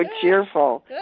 cheerful